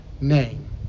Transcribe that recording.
name